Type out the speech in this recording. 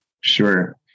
Sure